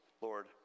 Lord